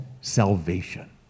salvation